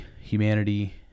humanity